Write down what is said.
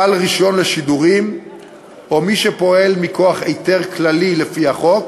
בעל רישיון לשידורים או מי שפועל מכוח היתר כללי לפי החוק,